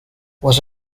was